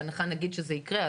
בהנחה נגיד שזה יקרה,